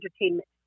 entertainment